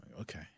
Okay